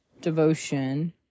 devotion